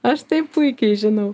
aš tai puikiai žinau